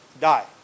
die